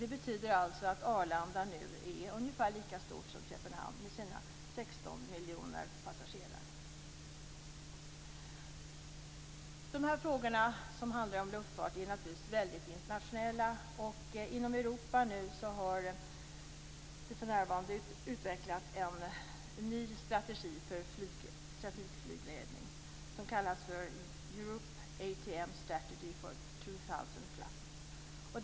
Det betyder alltså att Arlanda nu är ungefär lika stort som flygplatsen utanför Köpenhamn med sina 16 miljoner passagerare. De här frågorna som handlar om luftfart är naturligtvis väldigt internationella. Inom Europa har det utvecklats en ny strategi för trafikflygledning, som kallas för Europe ATM Strategi for 2000 plus.